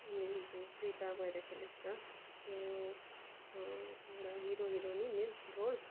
अनि त्यो प्रिता भएर खेलेको छ त्यो एउटा हिरो हिरोइन मेन रोल